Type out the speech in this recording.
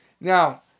now